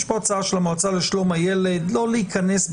יש פה הצעה של המועצה לשלום הילד לא להיכנס,